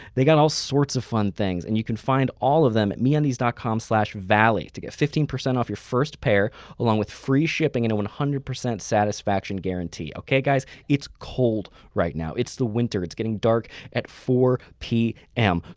they got all sorts of fun things. and you can find all of them at meundies dot com slash valley to get fifteen percent off your first pair along with free shipping and a one hundred percent satisfaction guarantee, okay guys. it's cold right now, it's the winter. it's getting dark at four zero p m. so,